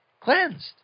Cleansed